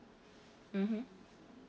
mmhmm